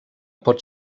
pot